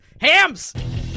Hams